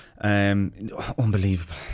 unbelievable